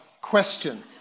question